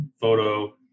photo